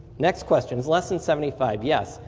next question, less than seventy five? yes.